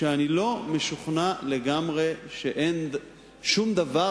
אני רוצה לומר שאני לא משוכנע לגמרי שאין שום דבר